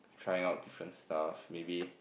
trying out different stuff maybe